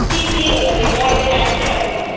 ଠିକ୍ ଠିକ୍ ଅଛି ମୁଁ ଏବେ ଯାଉଛି ରଖନ୍ତୁ